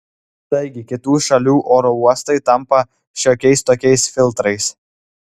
taigi kitų šalių oro uostai tampa šiokiais tokiais filtrais